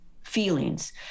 feelings